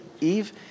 Eve